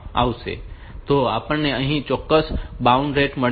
તો આપણને અહીં ચોક્કસ bound rate મળ્યો છે